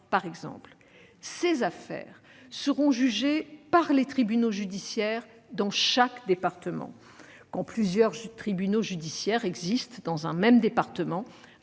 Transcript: et sonore. Ces affaires seront jugées par les tribunaux judiciaires dans chaque département. Quand plusieurs tribunaux judiciaires existent dans un même département,